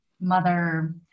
mother